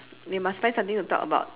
we must find something to talk about